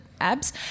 abs